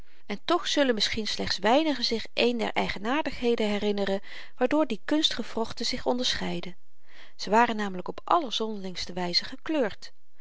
en toch zuilen misschien slechts weinigen zich een der eigenaardigheden herinneren waardoor die kunstgewrochten zich onderscheidden ze waren namelyk op allerzonderlingste wyze gekleurd